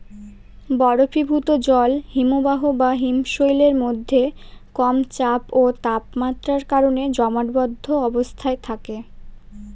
বরফীভূত জল হিমবাহ বা হিমশৈলের মধ্যে কম চাপ ও তাপমাত্রার কারণে জমাটবদ্ধ অবস্থায় থাকে